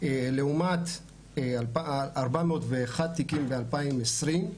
לעומת 401 תיקים ב-2020,